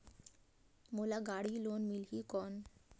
मोला गाड़ी लोन मिलही कौन?